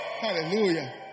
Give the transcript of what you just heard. Hallelujah